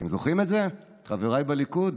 אתם זוכרים את זה, חבריי בליכוד?